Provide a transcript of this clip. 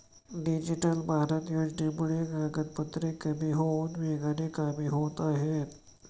digital Bharat योजनेमुळे कागदपत्रे कमी होऊन वेगाने कामे होत आहेत